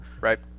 right